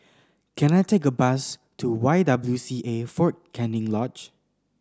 can I take a bus to Y W C A Fort Canning Lodge